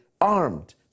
armed